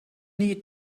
need